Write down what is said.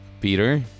Peter